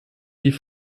die